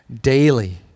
daily